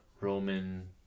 Roman